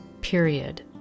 period